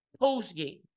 post-game